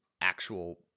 actual